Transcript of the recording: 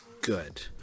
good